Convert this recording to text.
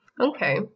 okay